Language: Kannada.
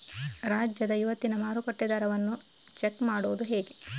ರಾಜ್ಯದ ಇವತ್ತಿನ ಮಾರುಕಟ್ಟೆ ದರವನ್ನ ಚೆಕ್ ಮಾಡುವುದು ಹೇಗೆ?